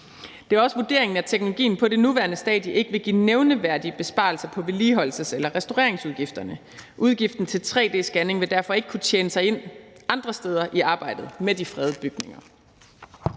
Det er også vurderingen, at teknologien på det nuværende stadie ikke vil give nævneværdige besparelser på vedligeholdelses- eller restaureringsudgifterne. Udgiften til tre-d-scanning vil derfor ikke kunne tjene sig ind andre steder i arbejdet med de fredede bygninger.